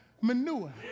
manure